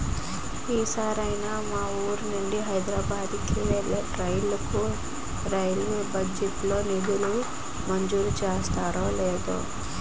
ఈ సారైనా మా వూరు నుండి హైదరబాద్ కు వెళ్ళే రైలుకు రైల్వే బడ్జెట్ లో నిధులు మంజూరు చేస్తారో లేదో